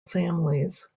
families